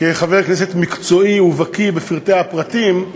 כחבר כנסת מקצועי ובקי בפרטי הפרטים,